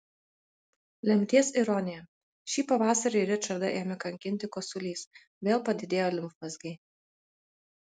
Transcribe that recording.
lemties ironija šį pavasarį ričardą ėmė kankinti kosulys vėl padidėjo limfmazgiai